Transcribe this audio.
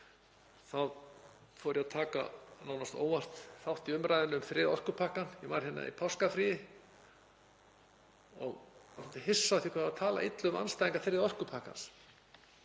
þá fór ég að taka nánast óvart þátt í umræðunni um þriðja orkupakkann. Ég var hérna í páskafríi og var svolítið hissa á því hvað var talað illa um andstæðinga þriðja orkupakkans